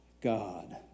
God